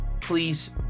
please